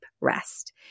rest